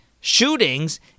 shootings